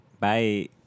Bye